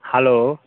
hello